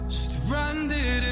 stranded